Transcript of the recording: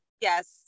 yes